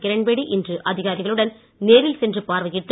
கிரண்பேடி இன்று அதிகாரிகளுடன் நேரில் சென்று பார்வையிட்டு